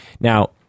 Now